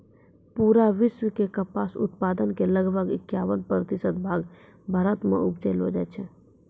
पूरा विश्व के कपास उत्पादन के लगभग इक्यावन प्रतिशत भाग भारत मॅ उपजैलो जाय छै